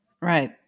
Right